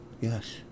Yes